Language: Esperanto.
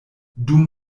dum